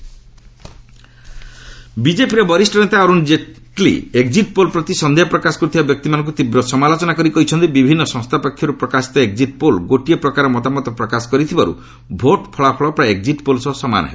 Jaitley exit poll ବିଜେପିର ବରିଷ୍ଣ ନେତା ଅରୁଣ ଜେଟ୍ଲୀ ଏକ୍ଜିଟ୍ ପୋଲ୍ ପ୍ରତି ସନ୍ଦେହ ପ୍ରକାଶ କରୁଥିବା ବ୍ୟକ୍ତିମାନଙ୍କୁ ତୀବ୍ର ସମାଲୋଚନା କରି କହିଛନ୍ତି ବିଭିନ୍ନ ସଂସ୍ଥା ପକ୍ଷରୁ ପ୍ରକାଶିତ ଏକ୍ଜିଟ୍ ପୋଲ୍ ଗୋଟିଏ ପ୍ରକାର ମତାମତ ପ୍ରକାଶ କରିଥିବାର୍ତ ଭୋଟ୍ ଫଳାଫଳ ପ୍ରାୟ ଏକ୍ଜିଟ୍ ପୋଲ୍ ସହ ସମାନ ହେବ